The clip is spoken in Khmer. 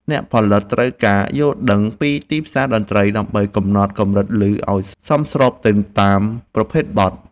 អ្នកផលិតត្រូវមានការយល់ដឹងពីទីផ្សារតន្ត្រីដើម្បីកំណត់កម្រិតឮឱ្យសមស្របទៅតាមប្រភេទបទ។